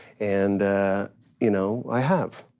and you know, i have,